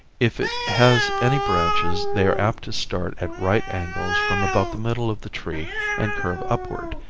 if it has any branches they are apt to start at right angles from about the middle of the tree and curve upward,